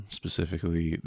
specifically